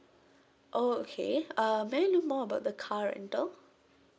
oh okay uh may I know more about the car rental